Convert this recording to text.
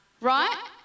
right